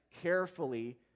carefully